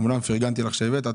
אומנם פרגנתי לך שהבאת,